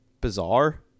bizarre